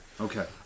Okay